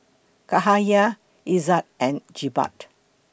Cahaya Izzat and Jebat